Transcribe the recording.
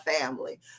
family